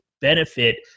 benefit